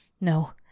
No